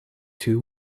two